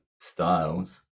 styles